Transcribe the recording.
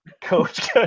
coach